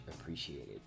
appreciated